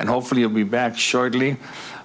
and hopefully i'll be back shortly